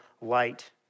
light